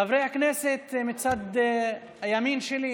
חברי הכנסת מצד ימין שלי,